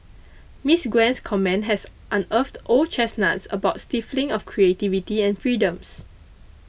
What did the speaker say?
Miss Gwen's comment has unearthed old chestnuts about the stifling of creativity and freedoms